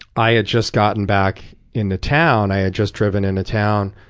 i had just gotten back into town. i had just driven into town,